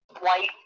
white